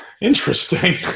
interesting